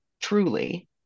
truly